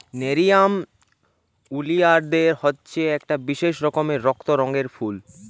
nerium oleander হচ্ছে একটা বিশেষ রকমের রক্ত রঙের ফুল